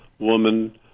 woman